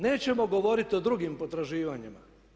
Nećemo govoriti o drugim potraživanjima.